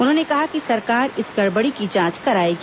उन्होंने कहा कि सरकार इस गड़बड़ी की जांच कराएगी